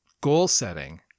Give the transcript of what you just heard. goal-setting